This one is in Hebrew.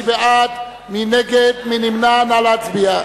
נא להצביע.